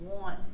want